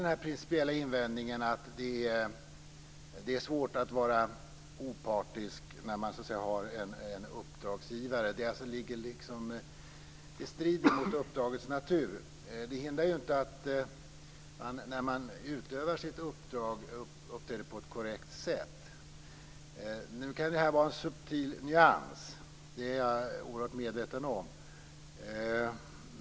Den principiella invändningen är att det är svårt att vara opartisk när man har en uppdragsgivare. Det strider mot uppdragets natur. Men det hindrar inte att man, när man utövar sitt uppdrag, uppträder på ett korrekt sätt. Nu kan detta vara en subtil nyans, vilket jag är oerhört medveten om.